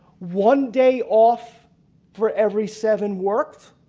one day off for every seven worked.